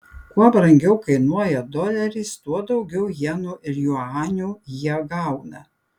kuo brangiau kainuoja doleris tuo daugiau jenų ir juanių jie gauna